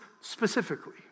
specifically